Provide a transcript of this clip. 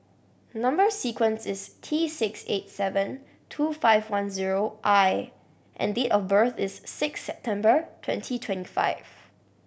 number sequence is T six eight seven two five one zero I and date of birth is six September twenty twenty five